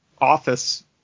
office